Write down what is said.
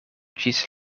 ĝis